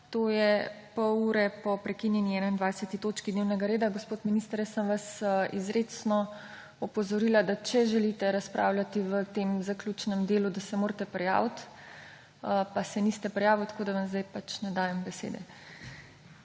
to je pol ure po prekinjeni 21. točki dnevnega reda. Gospod minister, izrecno sem vas opozorila, da če želite razpravljati v tem zaključnem delu, da se morate prijaviti. Pa se niste prijavili, tako da vam pač zdaj ne dajem besede.